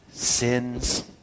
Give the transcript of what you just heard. sins